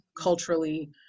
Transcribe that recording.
culturally